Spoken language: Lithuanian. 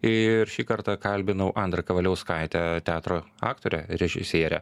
ir šį kartą kalbinau andrą kavaliauskaitę teatro aktorę režisierę